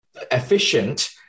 efficient